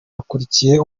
bakurikiye